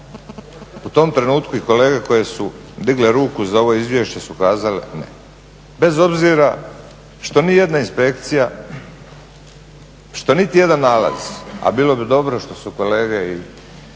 u tom trenutku i kolege koji su digli ruku za ovo izvješće su kazale ne, bez obzira što nijedna inspekcija, što niti jedan nalaz, a bilo bi dobro što su kolege i